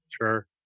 Sure